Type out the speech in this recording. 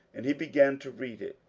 and he began to read it.